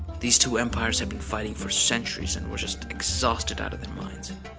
these two empires had been fighting for centuries and were just exhausted out of their minds.